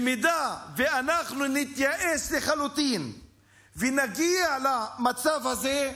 אם אנחנו נתייאש לחלוטין ונגיע למצב הזה,